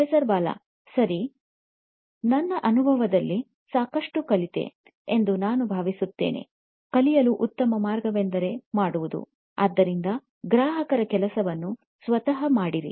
professor Bala ಸರಿ ನನ್ನ ಅನುಭವದಲ್ಲಿ ಸಾಕಷ್ಟು ಕಲಿತೆ ಎಂದು ನಾನು ಭಾವಿಸುತ್ತೇನೆ ಕಲಿಯಲು ಉತ್ತಮ ಮಾರ್ಗವೆಂದರೆ ಮಾಡುವುದು ಆದ್ದರಿಂದ ಗ್ರಾಹಕರ ಕೆಲಸವನ್ನು ಸ್ವತಃ ಮಾಡಿರಿ